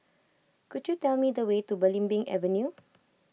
could you tell me the way to Belimbing Avenue